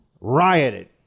rioted